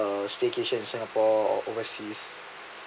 a staycation in singapore or overseas